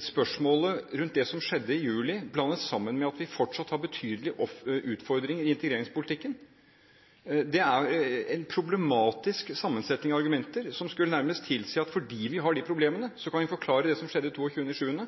spørsmålet rundt det som skjedde i juli, blandes sammen med at vi fortsatt har betydelige utfordringer i integreringspolitikken. Det er en problematisk sammensetning av argumenter, som nærmest skulle tilsi at fordi vi har de problemene, kan vi forklare det som skjedde 22. juli.